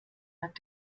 hat